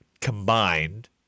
Combined